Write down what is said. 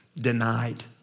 denied